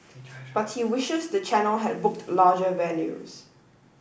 but he wishes the channel had booked larger venues